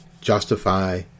justify